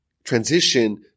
transition